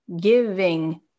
giving